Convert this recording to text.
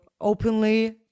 openly